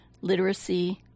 literacy